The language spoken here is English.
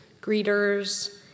greeters